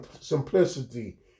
simplicity